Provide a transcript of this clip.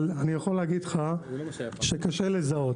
אבל אני יכול להגיד לך שקשה לזהות.